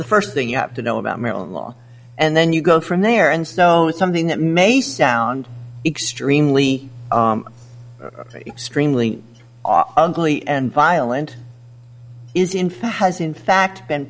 the first thing you have to know about your own law and then you go from there and so it's something that may sound extremely extremely ugly and violent is in fact has in fact been